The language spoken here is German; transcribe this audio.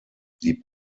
die